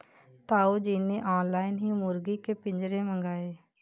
ताऊ जी ने ऑनलाइन ही मुर्गी के पिंजरे मंगाए